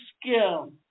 skill